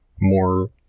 more